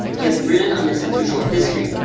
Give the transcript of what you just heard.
he has written on institutional history,